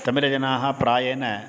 तमिलजनाः प्रायेण